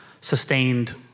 sustained